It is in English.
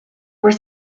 were